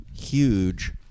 huge